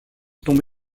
tombe